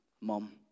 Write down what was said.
Mom